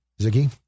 Ziggy